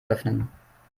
öffnen